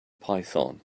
python